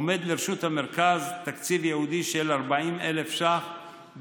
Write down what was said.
עומד לרשות המרכז תקציב ייעודי של 40,000 ש"ח,